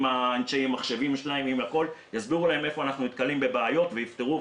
עם אנשי המחשב שלהם ויסבירו להם איפה אנחנו נתקלים בבעיות ויפתרו,